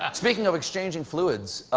um speaking of exchanging fluids,